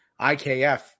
IKF